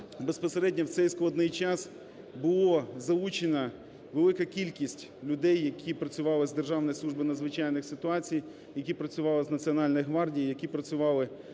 безпосередньо в цей складний час було залучена велика кількість людей, які працювали з Державної служби надзвичайних ситуацій, які працювали з Національною гвардією, які працювали